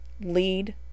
Lead